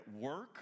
work